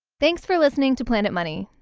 thanks for listening to planet money.